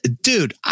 dude